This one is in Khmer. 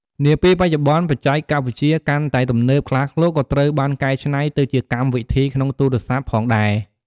នាពេលបច្ចុប្បន្នបច្ចេកវិទ្យាកាន់តែទំនើបខ្លាឃ្លោកក៏ត្រូវបានកែច្នៃទៅជាកម្មវិធីក្នុងទូរស័ព្ទផងដែរ។